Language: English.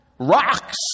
Rocks